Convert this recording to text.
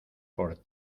por